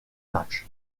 matchs